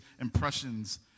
impressions